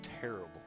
terrible